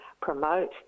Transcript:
promote